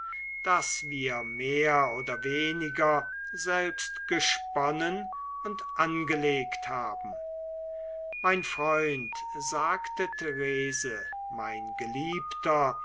das wir mehr oder weniger selbst gesponnen und angelegt haben mein freund sagte therese mein geliebter